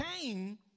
came